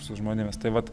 su žmonėmis tai vat